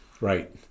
Right